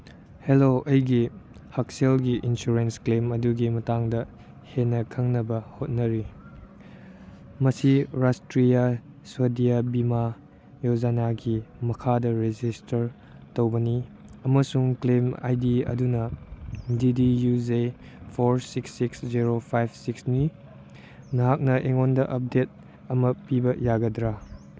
hello ꯑꯩꯒꯤ ꯍꯛꯁꯦꯜꯒꯤ insurance claim ꯑꯗꯨꯒꯤ ꯃꯇꯥꯡꯗ ꯍꯦꯟꯅ ꯈꯪꯅꯕ ꯍꯣꯠꯅꯔꯤ ꯃꯁꯤ ꯔꯥꯁꯇ꯭ꯔꯤꯌꯥ ꯁ꯭ꯋꯥꯗꯤꯌꯥ ꯕꯤꯃꯥ ꯌꯣꯖꯅꯥꯒꯤ ꯃꯈꯥꯗ ꯔꯦꯖꯤꯁꯇꯔ ꯇꯧꯕꯅꯤ ꯑꯃꯁꯨꯡ ꯀ꯭ꯂꯦꯝ ꯑꯥꯏ ꯗꯤ ꯑꯗꯨꯅ D D U J four six six zero five ꯁꯤꯛꯁꯅꯤ ꯅꯍꯥꯛꯅ ꯑꯩꯉꯣꯟꯗ ꯑꯞꯗꯦꯠ ꯑꯃ ꯄꯤꯕ ꯌꯥꯒꯗ꯭ꯔ